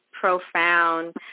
profound